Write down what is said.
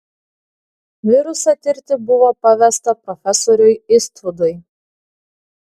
virusą tirti buvo pavesta profesoriui istvudui